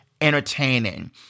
entertaining